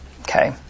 Okay